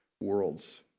worlds